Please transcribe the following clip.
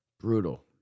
Brutal